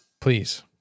Please